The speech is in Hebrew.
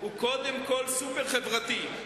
הוא קודם כול סופר-חברתי.